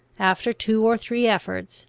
after two or three efforts,